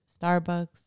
Starbucks